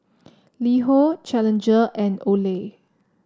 LiHo Challenger and Olay